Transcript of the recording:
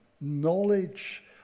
knowledge